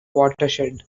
watershed